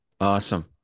Awesome